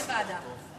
יש ביניכם הסכמה?